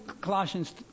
Colossians